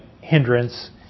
hindrance